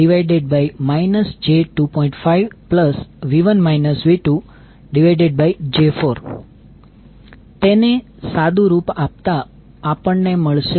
5V1 V2j4 તેને સાદું રૂપ આપતા આપણને મળશે